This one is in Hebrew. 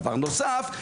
דבר נוסף,